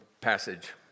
passage